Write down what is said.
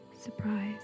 Surprise